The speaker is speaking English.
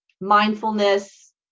mindfulness